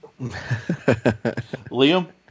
Liam